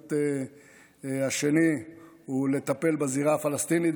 השני הוא לטפל בזירה הפלסטינית,